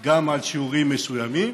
גם על שיעורים מסוימים,